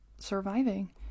surviving